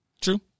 True